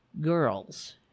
girls